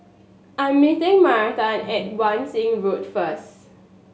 I'm meeting Myrta at Wan Shih Road first